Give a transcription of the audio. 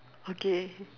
okay